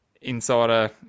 insider